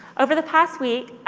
over the past week,